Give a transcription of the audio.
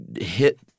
hit